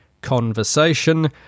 conversation